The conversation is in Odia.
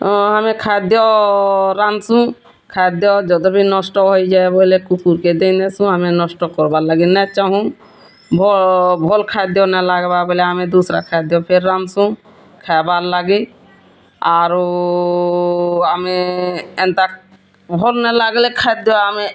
ହଁ ଆମେ ଖାଦ୍ୟ ରାନ୍ଧ୍ସୁଁ ଖାଦ୍ୟ ଯଦିବି ନଷ୍ଟ ହୋଇଯାଏ ବୋଲେ କୁକୁର୍କେ ଦେଇ ଦେସୁଁ ନଷ୍ଟ ନାଇ କର୍ବାକେ ଚାହୁଁ ଭଲ୍ ଖାଦ୍ୟ ନାଇ ଲାଗ୍ବା ବୋଲେ ଆମେ ଦୁସ୍ରା ଖାଦ୍ୟ ଫିର୍ ରାନ୍ଧ୍ସୁଁ ଓ ଖାଇବାର୍ ଲାଗି ଆରୁ ଆମେ ଏନ୍ତା ଭଲ୍ ନାଇ ଲାଗଲେ ଆମେ